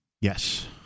yes